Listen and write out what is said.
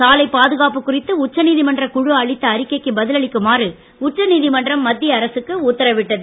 சாலைப் பாதுகாப்பு குறித்து உச்சநீதிமன்ற குழு அளித்த அறிக்கைக்கு பதிலளிக்குமாறு உச்சநீதிமன்றம் மத்திய அரசுக்கு உத்தரவிட்டது